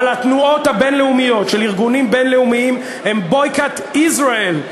אבל התנועות הבין-לאומיות של ארגונים בין-לאומיים הן Boycott Israel.